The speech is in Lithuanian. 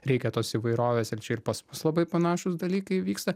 reikia tos įvairovės ir čia ir pas mus labai panašūs dalykai vyksta